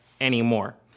anymore